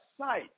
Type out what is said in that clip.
sight